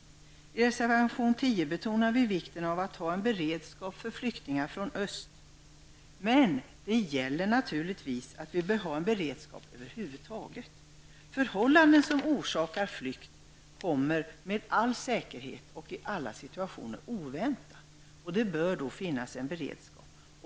I reservation 10 betonar vi vikten av att ha en beredskap för flyktingar från öst, men vi bör naturligtvis ha en beredskap över huvud taget. Förhållanden som orsakar flykt kommer med all säkerhet och i alla situationer oväntat. Det bör då finnas en beredskap.